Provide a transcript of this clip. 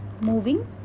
moving